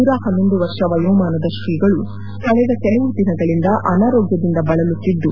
ನೂರಾ ಪನ್ನೊಂದು ವರ್ಷ ವಯೋಮಾನದ ಶ್ರೀಗಳು ಕಳೆದ ಕೆಲವು ದಿನಗಳಿಂದ ಅನಾರೋಗ್ಯದಿಂದ ಬಳಲುತ್ತಿದ್ದು